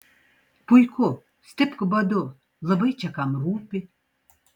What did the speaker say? puiku stipk badu labai čia kam rūpi